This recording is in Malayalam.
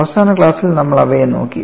അവസാന ക്ലാസിൽ നമ്മൾ അവയെ നോക്കി